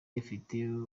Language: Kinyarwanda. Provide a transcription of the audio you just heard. ifite